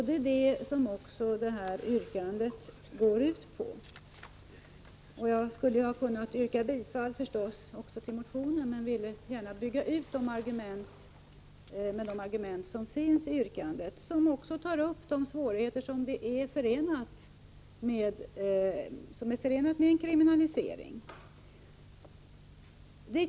Det är det som också yrkandet går ut på. Jag skulle ha kunnat yrka bifall också till motionen, men jag ville gärna bygga ut med argumenten i yrkandet, som också tar upp de svårigheter som är förenade med en kriminalisering.